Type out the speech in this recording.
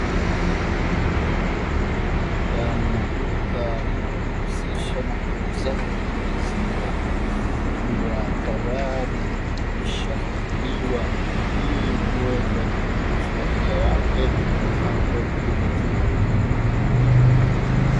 Ndani ya duka linalojihusisha na uuzaji wa maziwa, likiwa tayari limekwisha funguliwa ilikuweza kuruhusu wateja wake kuja hapo kujipatia huduma.